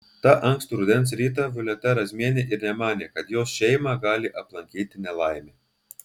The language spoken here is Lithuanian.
tą ankstų rudens rytą violeta razmienė ir nemanė kad jos šeimą gali aplankyti nelaimė